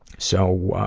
so,